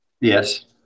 Yes